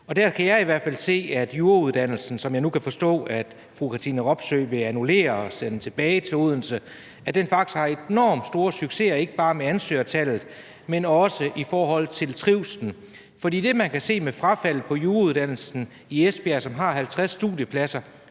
Og der kan jeg i hvert fald se, at jurauddannelsen, som jeg nu kan forstå at fru Katrine Robsøe vil annullere og sende tilbage til Odense, faktisk er en enormt stor succes – ikke bare i forhold til ansøgertallet, men også i forhold til trivslen. For det, man kan se med frafaldet på jurauddannelsen i Esbjerg, som har 50 studiepladser,